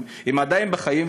הם עדיין בחיים,